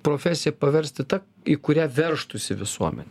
profesiją paversti ta į kurią veržtųsi visuomenė